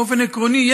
באופן עקרוני,